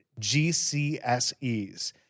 GCSEs